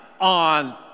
on